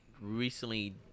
recently